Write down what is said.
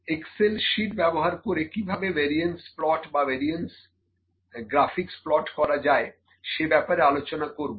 Excel sheet ব্যবহার করে কিভাবে ভ্যারিয়েন্স প্লট বা ভ্যারিয়েন্স গ্রাফিক্স প্লট করা যায় সে ব্যাপারে আলোচনা করবো